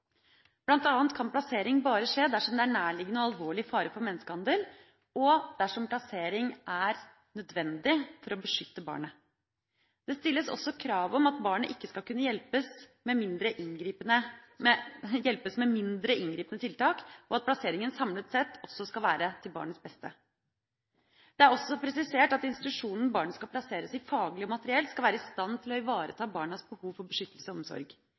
kan plassering bare skje dersom det er nærliggende og alvorlig fare for menneskehandel, og dersom plassering er nødvendig for å beskytte barnet. Det stilles også krav om at barnet ikke skal kunne hjelpes med mindre inngripende tiltak, og at plasseringen samlet sett også skal være til barnets beste. Det er også presisert at institusjonen barnet skal plasseres i, faglig og materielt, skal være i stand til å ivareta barnas behov for beskyttelse og omsorg.